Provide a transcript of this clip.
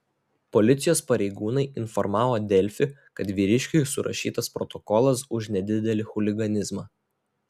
policijos pareigūnai informavo delfi kad vyriškiui surašytas protokolas už nedidelį chuliganizmą